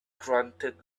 granted